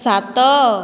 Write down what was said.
ସାତ